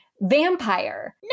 vampire